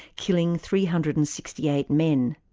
killing three hundred and sixty eight men.